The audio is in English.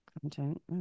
content